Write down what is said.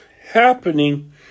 happening